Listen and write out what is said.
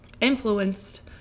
influenced